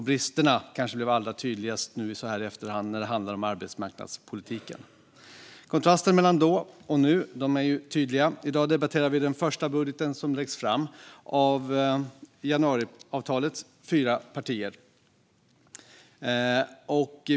Bristerna blev kanske allra tydligast så här i efterhand när det handlar om arbetsmarknadspolitiken. Kontrasten mellan då och nu är tydlig. I dag debatterar vi den första budget som läggs fram av januariavtalets fyra partier.